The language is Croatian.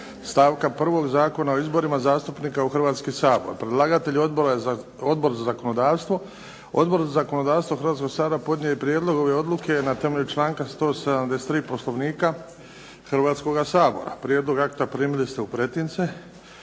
stavka 1. Zakona o izborima zastupnika u Hrvatski sabora Predlagatelj: Odbor za zakonodavstvo Odbor za zakonodavstvo Hrvatskoga sabora podnio je prijedlog ove odluke na temelju članka 173. Poslovnika Hrvatskoga sabora. Prijedlog akta primili ste u pretince.